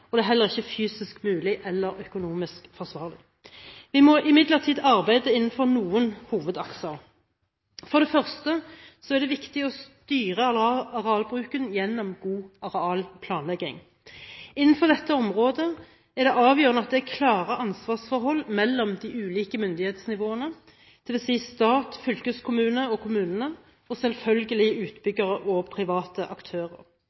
og det er heller ikke fysisk mulig eller økonomisk forsvarlig. Vi må imidlertid arbeide innenfor noen hovedakser. For det første er det viktig å styre arealbruken gjennom god arealplanlegging. Innenfor dette området er det avgjørende at det er klare ansvarsforhold mellom de ulike myndighetsnivåene: stat, fylkeskommune og kommunene, og selvfølgelig utbyggere og private aktører,